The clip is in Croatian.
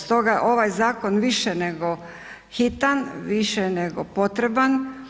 Stoga ovaj zakon više nego hitan, više nego potreban.